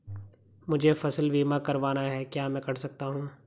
मुझे फसल बीमा करवाना है क्या मैं कर सकता हूँ?